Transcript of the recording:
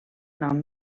nom